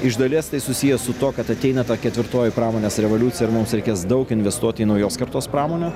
iš dalies tai susiję su tuo kad ateina ta ketvirtoji pramonės revoliucija ir mums reikės daug investuoti į naujos kartos pramonę